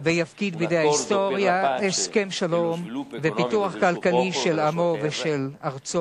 ויפקיד בידי ההיסטוריה הסכם שלום ופיתוח כלכלי של עמו ושל ארצו.